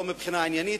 לא מבחינה עניינית,